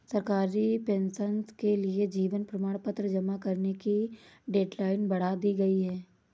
सरकारी पेंशनर्स के लिए जीवन प्रमाण पत्र जमा करने की डेडलाइन बढ़ा दी गई है